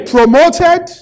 Promoted